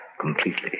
completely